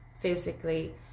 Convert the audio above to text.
physically